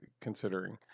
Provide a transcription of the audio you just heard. considering